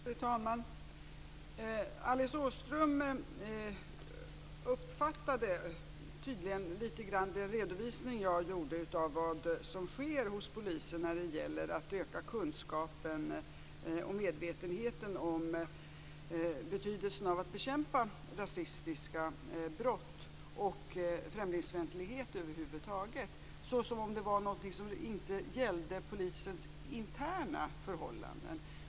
Fru talman! Alice Åström uppfattade tydligen den redovisning jag gjorde av vad som sker hos polisen när det gäller att öka kunskapen och medvetenheten om betydelsen av att bekämpa rasistiska brott och främlingsfientlighet över huvud taget som att det var något som inte gällde polisens interna förhållanden.